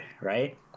right